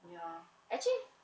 ya actually